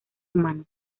humanos